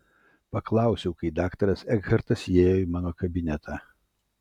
paklausiau kai daktaras ekhartas įėjo į mano kabinetą